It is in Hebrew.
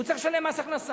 הוא צריך לשלם מס הכנסה,